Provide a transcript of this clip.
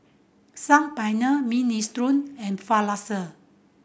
Saag Paneer Minestrone and Falafel